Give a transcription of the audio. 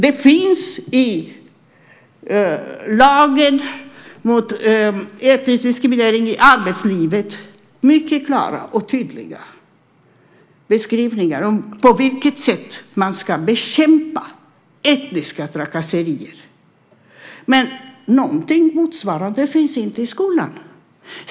Det finns i lagen mot etnisk diskriminering i arbetslivet mycket klara och tydliga beskrivningar av på vilket sätt man ska bekämpa etniska trakasserier. Men någonting motsvarande finns inte i skolan.